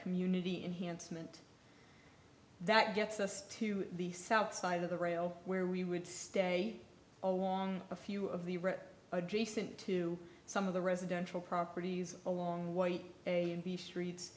community enhanced meant that gets us to the south side of the rail where we would stay along a few of the adjacent to some of the residential properties along white a and the streets